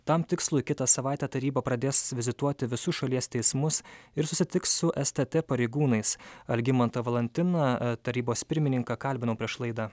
tam tikslui kitą savaitę taryba pradės vizituoti visus šalies teismus ir susitiks su es t t pareigūnais algimantą valantiną tarybos pirmininką kalbinau prieš laidą